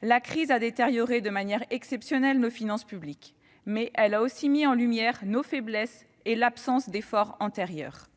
Si la crise a détérioré de manière exceptionnelle nos finances publiques, elle a aussi mis en lumière nos faiblesses et l'absence d'efforts antérieurs.